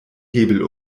hebel